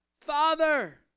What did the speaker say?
father